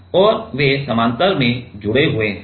और वे समानांतर में जुड़े हुए हैं